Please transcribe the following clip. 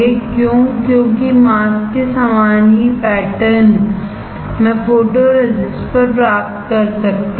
क्यों क्योंकि मास्क के समान ही पैटर्न मैं फोटोरेसिस्ट पर प्राप्त कर सकता हूं